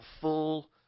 full